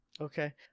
Okay